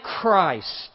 Christ